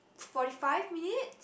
forty five minutes